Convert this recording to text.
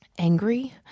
angry